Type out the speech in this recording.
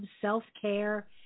self-care